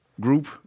group